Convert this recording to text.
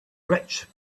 rich